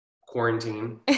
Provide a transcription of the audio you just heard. quarantine